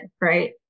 right